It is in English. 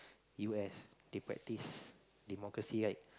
U S they practise democracy right